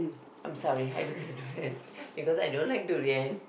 I'm sorry I don't eat durian because I don't like durian